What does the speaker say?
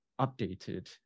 updated